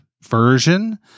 version